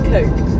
Coke